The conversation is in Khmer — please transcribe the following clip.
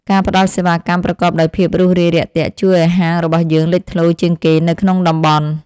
ការផ្តល់សេវាកម្មប្រកបដោយភាពរួសរាយរាក់ទាក់ជួយឱ្យហាងរបស់យើងលេចធ្លោជាងគេនៅក្នុងតំបន់។